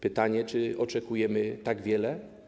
Pytanie: Czy oczekujemy tak wiele?